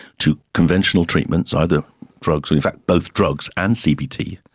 to conventional treatments, either drugs, or in fact both drugs and cbt,